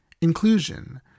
inclusion